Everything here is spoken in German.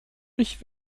ich